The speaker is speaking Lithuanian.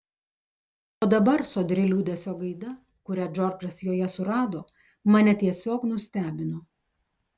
o dabar sodri liūdesio gaida kurią džordžas joje surado mane tiesiog nustebino